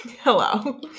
Hello